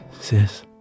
Sis